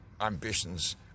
ambitions